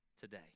today